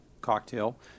cocktail